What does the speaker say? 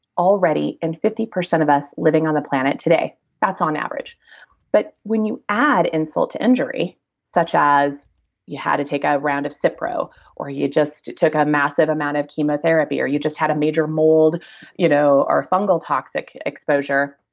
already, in fifty percent of us living on the planet today that's on average but when you add insult to injury such as you had to take a round of so cipro or you just took a massive amount of chemotherapy or you just had a major mold you know or fungal toxic exposure,